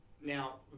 now